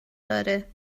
داره